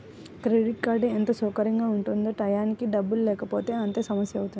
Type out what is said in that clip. credit card ఎంత సౌకర్యంగా ఉంటుందో టైయ్యానికి డబ్బుల్లేకపోతే అంతే సమస్యవుతుంది